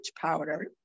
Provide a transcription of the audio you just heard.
powder